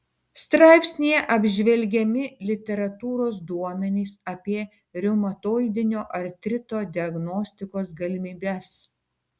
straipsnyje apžvelgiami literatūros duomenys apie reumatoidinio artrito diagnostikos galimybes